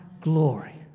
glory